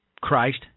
Christ